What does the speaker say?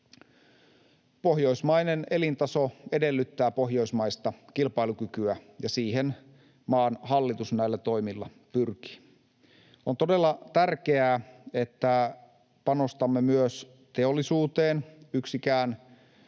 Pohjoismainen elintaso edellyttää pohjoismaista kilpailukykyä, ja siihen maan hallitus näillä toimilla pyrkii. On todella tärkeää, että panostamme myös teollisuuteen. Yksikään